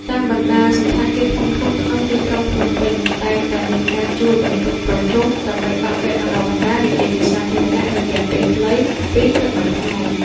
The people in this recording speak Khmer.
តាមបណ្ដាសណ្ឋាគារធំៗក្នុងទីក្រុងភ្នំពេញ តែងតែមានការជួលបន្ទប់ប្រជុំដើម្បីបើកវគ្គបណ្ដុះបណ្ដាលនិយាយជាសាធារណៈរយៈពេលខ្លី ២ ទៅ ៣ ថ្ងៃ។